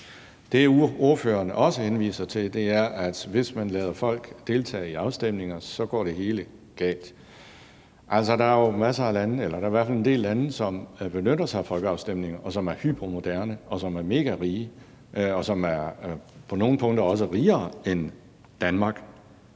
Det, ordføreren også henviser til, er, at hvis man lader folk deltage i afstemninger, så går det hele galt. Altså, der er jo masser af lande, eller der er i hvert fald en del lande, der benytter sig af folkeafstemninger, som er hypermoderne, og som er megarige, og som på nogle punkter også er rigere end Danmark.